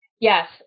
Yes